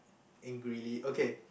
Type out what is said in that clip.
angrily okay